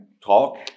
talk